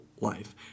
life